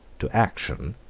to action,